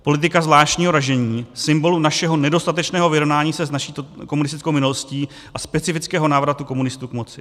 Politika zvláštního ražení, symbolu našeho nedostatečného vyrovnání se s naší komunistickou minulostí a specifického návratu komunistů k moci.